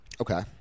Okay